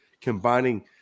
combining